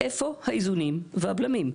איפה האיזונים והבלמים?